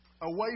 away